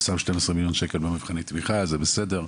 ושם 12 מיליון שקל במבחני תמיכה זה בסדר.